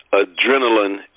adrenaline